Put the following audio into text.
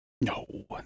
No